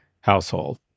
household